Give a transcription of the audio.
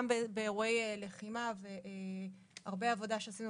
גם באירועי לחימה ויש הרבה עבודה שעשינו